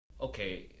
Okay